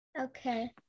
Okay